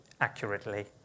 accurately